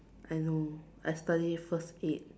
I know I study first aid